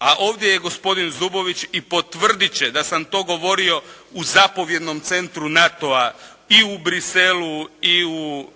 a ovdje je i gospodin Zubović i potvrdit će da sam to govorio u zapovjednom centru NATO-a i u Bruxellesu i u